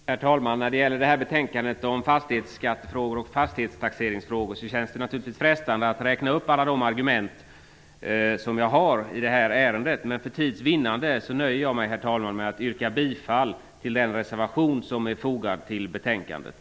Herr talman! När det gäller det här betänkande om fastighetsskattefrågor och fastighetstaxeringsfrågor känns det naturligtvis frestande att räkna upp alla de argument som jag har i det här ärendet, men för tids vinnande nöjer jag mig med att yrka bifall till den reservation som är fogad till betänkandet.